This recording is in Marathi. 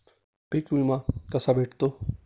पीक विमा कसा भेटतो?